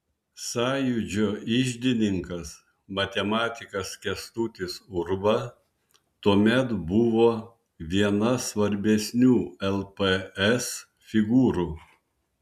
sąjūdžio iždininkas matematikas kęstutis urba tuomet buvo viena svarbesnių lps figūrų